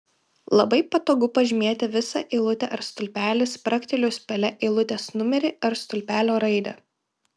labai patogu pažymėti visą eilutę ar stulpelį spragtelėjus pele eilutės numerį ar stulpelio raidę